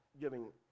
giving